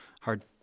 hard